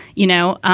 you know,